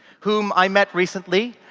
whom i met recently,